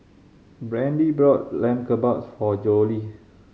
Brandie bought Lamb Kebabs for Jolie